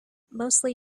mostly